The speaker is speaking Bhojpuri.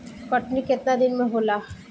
कटनी केतना दिन मे होला?